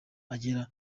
agera